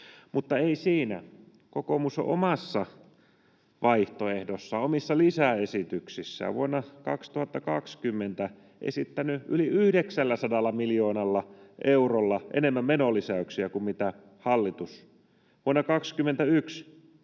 Mutta ei siinä, kokoomus on omassa vaihtoehdossaan, omissa lisäesityksissään, vuonna 2020 esittänyt yli 900 miljoonalla eurolla enemmän menolisäyksiä kuin hallitus, vuonna 21 taas